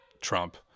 Trump